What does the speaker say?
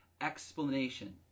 explanation